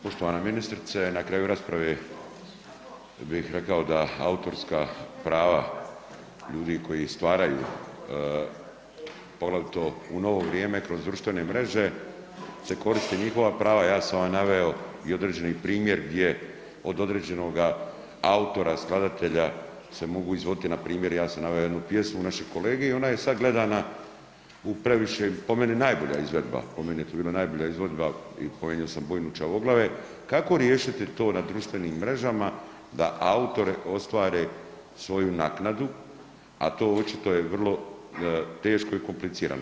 Poštovana ministrice, na kraju rasprave bih rekao da autorska prava ljudi koji stvaraju, poglavito u novo vrijeme kroz društvene mreže se koriste njihova prava, ja sam vam naveo i određeni primjer gdje od određenoga autora skladatelja se mogu izvoditi, npr. ja sam naveo jednu pjesmu našeg kolege i ona je sad gledana u previše, po meni najbolja izvedba, po meni je to bila najbolja izvedba i spomenuo sam bojnu Čavoglave, kako riješiti to na društvenim mrežama da autori ostvare svoju naknadu, a to očito je vrlo teško i komplicirano.